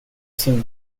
seem